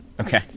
Okay